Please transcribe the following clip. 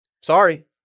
Sorry